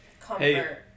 Comfort